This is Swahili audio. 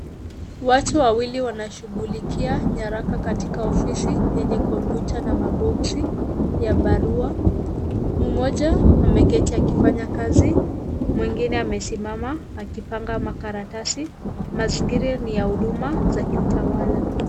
Watu wawili wanashughulikia nyaraka katika ofisi yenye kompyuta na maboxi ya barua. Mmoja maeketi akifanya kazi, mwingine amesimama akipanga makaratasi. Mazingira ni ya huduma za kitawala.